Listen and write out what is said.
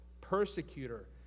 persecutor